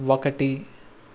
ఒకటి